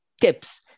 tips